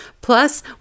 Plus